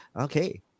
Okay